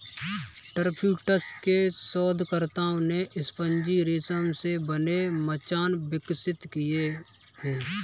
Tufts के शोधकर्ताओं ने स्पंजी रेशम से बने मचान विकसित किए हैं